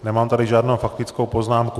Nemám tady žádnou faktickou poznámku.